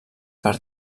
per